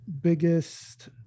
biggest